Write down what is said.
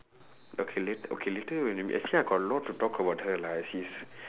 okay la~ okay later when we actually I got a lot to talk about her lah she's